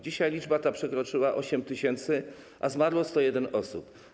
Dzisiaj liczba ta przekroczyła 8 tys., a zmarło 101 osób.